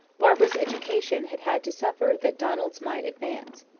barbara's education had had to suffer that donald's might advance.